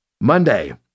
Monday